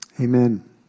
Amen